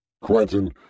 Quentin